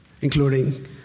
including